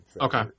Okay